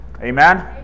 Amen